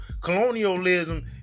colonialism